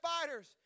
fighters